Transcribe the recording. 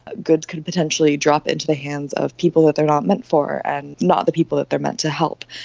ah goods can potentially drop into the hands of people that they are not meant for and not the people that they are meant to help.